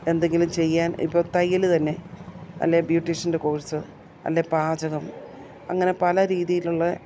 എന്തെങ്കിലും ചെയ്യാൻ ഇപ്പോൾ തയ്യൽ തന്നെ അല്ലേ ബ്യൂട്ടീഷ്യൻ്റെ കോഴ്സ് അല്ലേ പാചകം അങ്ങനെ പല രീതിയിലുള്ള